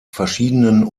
verschiedenen